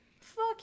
fuck